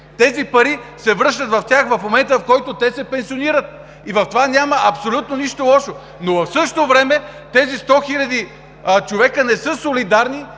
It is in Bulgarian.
Тези пари се връщат при тях в момента, в който се пенсионират. В това няма абсолютно нищо лошо, но в същото време тези 100 хиляди души не са солидарни,